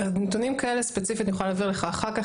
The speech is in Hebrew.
נתונים כאלה ספציפית אני יכולה להעביר לך אחר כך,